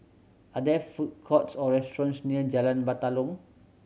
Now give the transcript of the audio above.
are there food courts or restaurants near Jalan Batalong